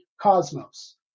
cosmos